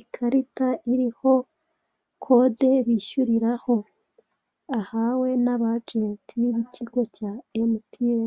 ikarita iriho kode bishyuriraho ahawe n'abagenti b'ikigo cya MTN.